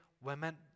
women